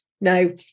no